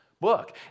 book